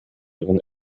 ihren